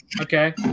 Okay